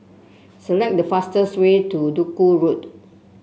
select the fastest way to Duku Road